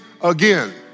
again